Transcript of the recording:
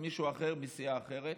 למישהו אחר בסיעה אחרת,